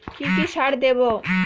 কি কি সার দেবো?